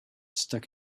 stuck